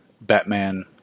Batman